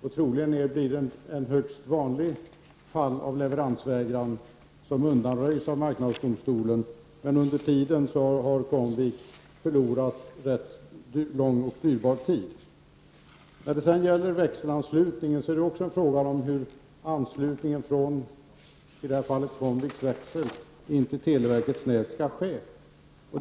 Det rör sig troligen om ett högst vanligt fall av leveransvägran som undanröjs av marknadsdomstolen. Under tiden har dock Comvik förlorat lång och dyrbar tid. När det gäller växelanslutningen är det en fråga om hur anslutningen från Comviks växel till televerkets nät skall ske.